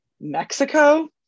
Mexico